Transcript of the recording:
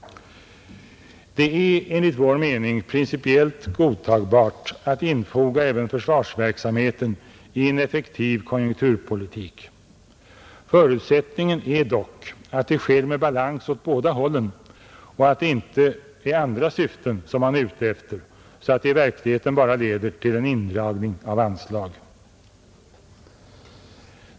Det är enligt vår mening principiellt godtagbart att infoga även försvarsverksamheten i en effektiv konjunkturpolitik. Förutsättningen är dock att det sker med balans åt båda hållen och att det inte är andra syften som man är ute efter, så att det i verkligheten bara leder till indragning av anslag.